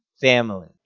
family